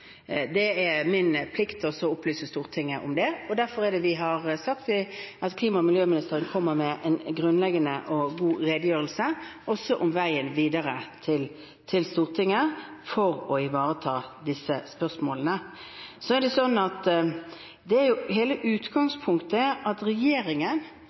Det er min plikt å opplyse Stortinget om det. Derfor har vi sagt at klima- og miljøministeren kommer til Stortinget med en grunnleggende og god redegjørelse, også om veien videre, for å ivareta disse spørsmålene. Hele utgangspunktet er at regjeringen trodde vi skulle få muligheten til dette. Men da de første varselsignalene kom om at